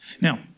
Now